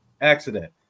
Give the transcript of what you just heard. accident